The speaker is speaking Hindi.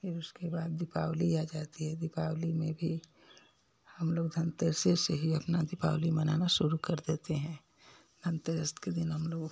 फिर उसके बाद दीपावली आ जाती है दीपावली में भी हम लोग धन तेरस से ही अपना दीपावली मनाना शुरू कर देते हैं धनतेरस के दिन हम लोग